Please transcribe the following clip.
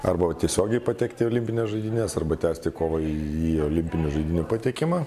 arba tiesiogiai patekti į olimpines žaidynes arba tęsti kovą į olimpinių žaidynių patekimą